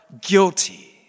guilty